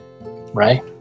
Right